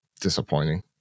disappointing